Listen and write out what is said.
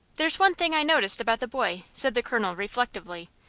there's one thing i noticed about the boy, said the colonel, reflectively.